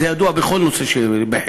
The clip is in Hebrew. זה ידוע בכל נושא בחירום.